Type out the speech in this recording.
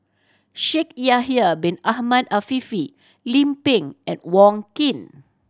Shaikh Yahya Bin Ahmed Afifi Lim Pin and Wong Keen